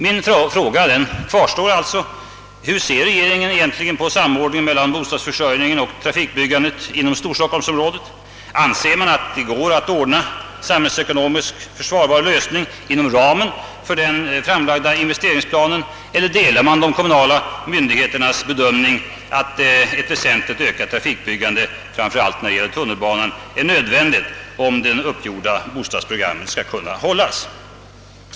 Min fråga kvarstår alltså: Hur ser regeringen egentligen på samordningen mellan bostadsförsörjningen och trafikledsbyggandet inom storstockholmsområdet? Anser man att det går att ordna en samhällsekonomiskt försvarbar lösning inom ramen för den framlagda fördelningsplanen eller delar man de kommunala myndigheternas bedömning att ett väsentligt ökat trafikledsbyggande — framför allt när det gäller tunnelbanan — är nödvändigt, om det uppgjorda bostadsprogrammet skall kunna hållas?